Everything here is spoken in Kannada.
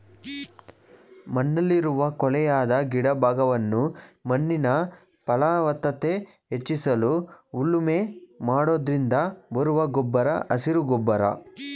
ಮಣ್ಣಲ್ಲಿರುವ ಕೊಳೆಯದ ಗಿಡ ಭಾಗವನ್ನು ಮಣ್ಣಿನ ಫಲವತ್ತತೆ ಹೆಚ್ಚಿಸಲು ಉಳುಮೆ ಮಾಡೋದ್ರಿಂದ ಬರುವ ಗೊಬ್ಬರ ಹಸಿರು ಗೊಬ್ಬರ